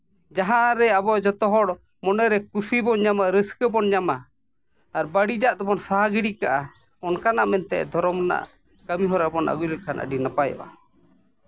ᱡᱟᱦᱟᱸᱨᱮ ᱟᱵᱚ ᱡᱚᱛᱚ ᱦᱚᱲ ᱠᱩᱥᱤ ᱵᱚᱱ ᱧᱟᱢᱟ ᱨᱟᱹᱥᱠᱟᱹ ᱵᱚᱱ ᱧᱟᱢᱟ ᱟᱨ ᱵᱟᱹᱲᱤᱡᱟᱜ ᱫᱚᱵᱚᱱ ᱥᱟᱦᱟ ᱜᱤᱰᱤ ᱠᱟᱜᱼᱟ ᱚᱱᱠᱟᱱᱟᱜ ᱢᱮᱱᱛᱮ ᱫᱷᱚᱨᱚᱢ ᱨᱮᱱᱟᱜ ᱠᱟᱹᱢᱤᱦᱚᱨᱟ ᱵᱚᱱ ᱟᱹᱜᱩ ᱞᱮᱠᱷᱟᱱ ᱟᱹᱰᱤ ᱱᱟᱯᱟᱭᱚᱜᱼᱟ